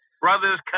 brothers